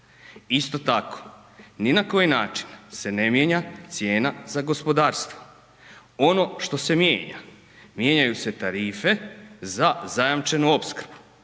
Isto tako, ni na koji način se ne mijenja cijena za gospodarstvo. Ono što se mijenja, mijenjaju se tarife za zajamčenu opskrbu.